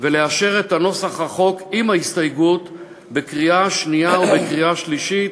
ולאשר את נוסח החוק עם ההסתייגות בקריאה שנייה ובקריאה שלישית.